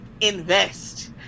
invest